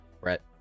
Brett